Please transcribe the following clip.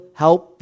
help